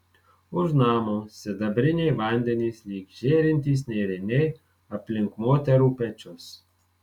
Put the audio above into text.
už namo sidabriniai vandenys lyg žėrintys nėriniai aplink moterų pečius